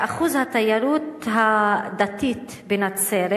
מה אחוז התיירות הדתית בנצרת?